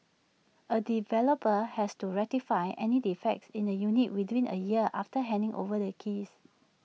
A developer has to rectify any defects in the units within A year after handing over the keys